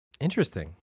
Interesting